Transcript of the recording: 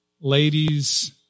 Ladies